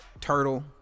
turtle